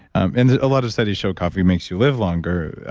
and a lot of studies show coffee makes you live longer.